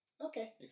Okay